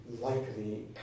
likely